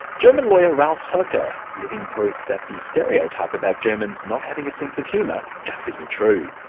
german lawyer, ralf hoecker, living proof that the stereotype about germans not having a sense of humour, just isn't true.